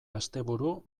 asteburu